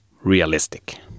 realistic